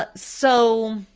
ah so,